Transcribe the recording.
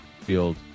field